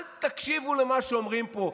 אל תקשיבו למה שאומרים פה.